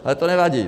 Ale to nevadí.